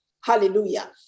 hallelujah